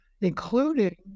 including